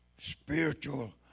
spiritual